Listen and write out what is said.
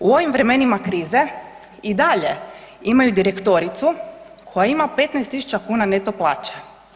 U ovim vremenima krize i dalje imaju direktoricu koja ima 15 tisuća kuna neto plaće.